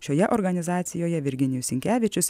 šioje organizacijoje virginijus sinkevičius